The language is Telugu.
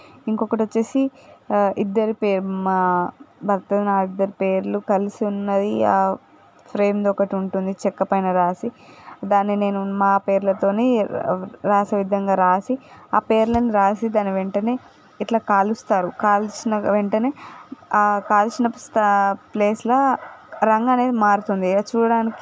ఇంకొకటి వచ్చి ఇద్దరి పేర్ల మా భర్త నా ఇద్దరి పేర్లు కలిసి ఉన్నది ఆ ఫ్రేమ్ది ఒకటి ఉంటుంది చెక్కపైన రాసి దాన్ని నేను మా పేర్లతో రాసే విధంగా రాసి ఆ పేర్లను రాసి దాన్ని వెంటనే ఇట్లా కాలుస్తారు కాల్చిన వెంటనే ఆ కాల్చిన ప్లేస్ లో రంగు అనేది మారుతుంది అది చూడడానికి